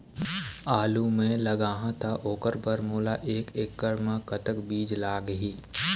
आलू मे लगाहा त ओकर बर मोला एक एकड़ खेत मे कतक बीज लाग ही?